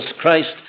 Christ